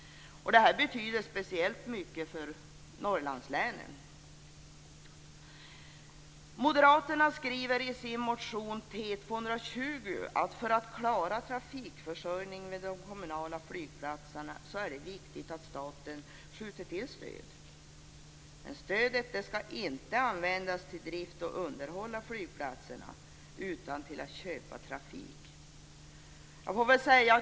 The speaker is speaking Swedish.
Detta betyder speciellt mycket för Norrlandslänen. Moderaterna skriver i sin motion T220 att för att klara trafikförsörjningen vid de kommunala flygplatserna är det viktigt att staten skjuter till stöd, men stödet skall inte användas till drift och underhåll av flygplatser utan till att köpa trafik.